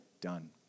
done